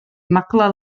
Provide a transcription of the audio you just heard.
maglau